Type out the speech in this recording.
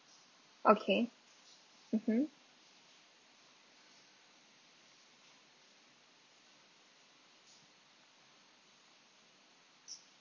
okay mmhmm